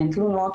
אין תלונות,